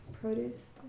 produce